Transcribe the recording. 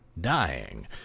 dying